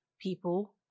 people